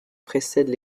précède